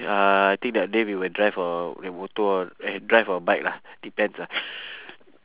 uh I think that day we will drive or with motor or and drive on bike lah depends lah